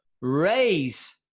raise